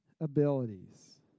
abilities